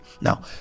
Now